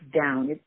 down